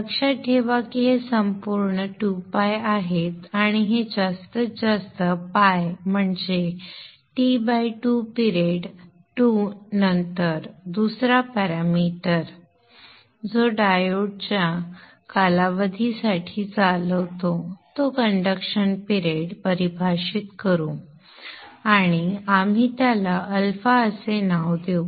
लक्षात ठेवा की हे संपूर्ण 2ᴨ आहे आणि हे जास्त आहे ᴨ म्हणजे T2 पिरेड 2 नंतर दुसरा पॅरामीटर जो डायोड ज्या कालावधीसाठी चालवतो तो कंडक्शन पिरेड परिभाषित करू आणि आपण त्याला α असे नाव देऊ